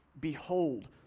Behold